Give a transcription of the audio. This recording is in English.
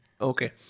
Okay